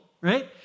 right